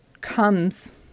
comes